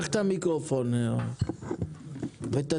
אני